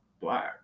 black